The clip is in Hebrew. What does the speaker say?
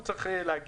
הוא צריך להגיע,